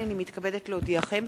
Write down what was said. הנני מתכבדת להודיעכם,